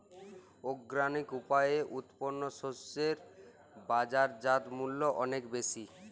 organic উপায়ে উৎপন্ন শস্য এর বাজারজাত মূল্য অনেক বেশি